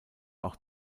auch